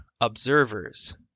observers